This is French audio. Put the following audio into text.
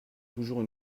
toujours